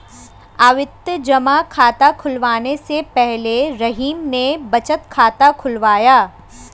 आवर्ती जमा खाता खुलवाने से पहले रहीम ने बचत खाता खुलवाया